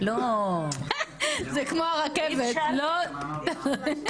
אבל בואי,